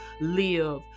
live